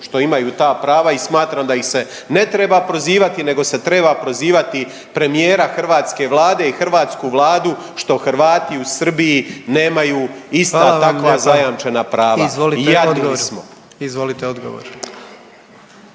što imaju ta prava i smatram da ih se ne treba prozivati, nego se treba prozivati premijera hrvatske Vlade i hrvatsku Vladu što Hrvati u Srbiji nemaju ista takva zajamčena prava. **Jandroković, Gordan